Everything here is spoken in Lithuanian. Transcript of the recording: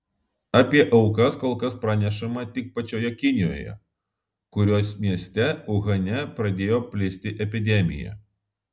apie aukas kol kas pranešama tik pačioje kinijoje kurios mieste uhane pradėjo plisti epidemija